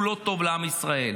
הוא לא טוב לעם ישראל.